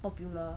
popular